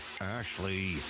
Ashley